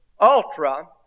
Ultra